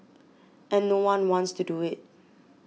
and no one wants to do it